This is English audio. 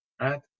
right